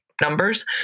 numbers